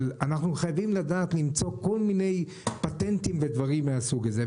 אבל אנחנו חייבים למצוא כל מיני פטנטים ודברים מהסוג הזה.